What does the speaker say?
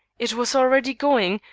it was already going,